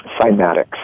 cymatics